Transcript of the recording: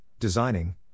designing